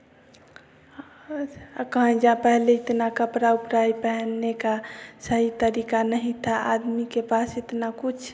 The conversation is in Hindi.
अज आ कहें जा पहले इतना कपड़ा उपरा ही पहनने का सही तरीका नहीं था आदमी के पास इतना कुछ